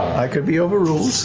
i could be overruled.